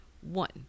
One